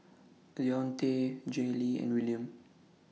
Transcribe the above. Deonte Jaylee and Wiliam